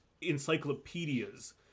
encyclopedias